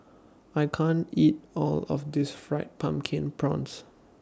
I can't eat All of This Fried Pumpkin Prawns